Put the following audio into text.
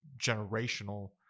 generational